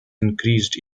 increased